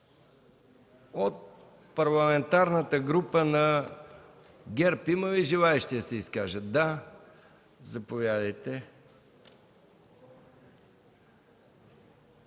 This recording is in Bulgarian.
От Парламентарната група на ГЕРБ има ли желаещи да се изкажат? Заповядайте